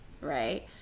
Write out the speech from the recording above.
right